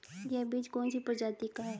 यह बीज कौन सी प्रजाति का है?